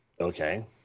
Okay